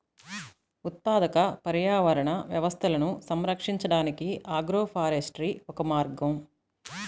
ఉత్పాదక పర్యావరణ వ్యవస్థలను సంరక్షించడానికి ఆగ్రోఫారెస్ట్రీ ఒక మార్గం